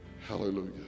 Hallelujah